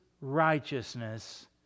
righteousness